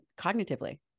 cognitively